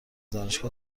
دانشگاه